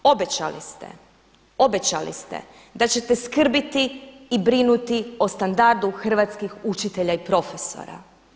Obećali ste, obećali ste da ćete skrbiti i brinuti o standardu hrvatskih učitelja i profesora.